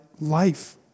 life